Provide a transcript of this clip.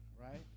right